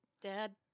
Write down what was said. Dad